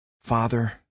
Father